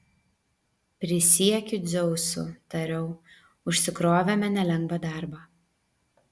prisiekiu dzeusu tariau užsikrovėme nelengvą darbą